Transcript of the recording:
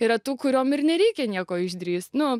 yra tų kurioms ir nereikia nieko išdrįsti nu